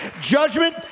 Judgment